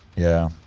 yeah,